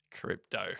Crypto